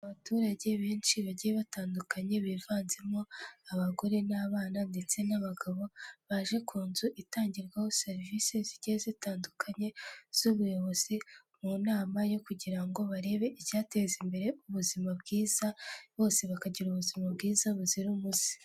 Abaturage benshi bagiye batandukanye bivanzemo abagore n'abana ndetse n'abagabo, baje ku nzu itangirwaho serivisi zigiye zitandukanye z'ubuyobozi, mu nama yo kugira ngo barebe icyateza imbere ubuzima bwiza, bose bakagira ubuzima bwiza buzira umuze.